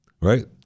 right